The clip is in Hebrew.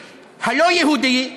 הלא-יהודי,